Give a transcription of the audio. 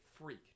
Freak